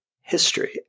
history